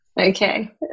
Okay